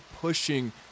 pushing